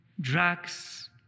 drugs